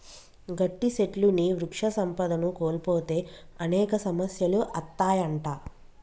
గట్టి సెట్లుని వృక్ష సంపదను కోల్పోతే అనేక సమస్యలు అత్తాయంట